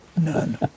None